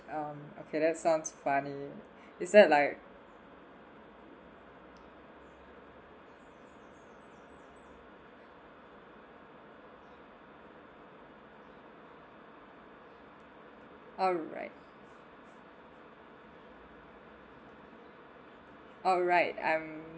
um okay that's sounds funny is that like alright alright I'm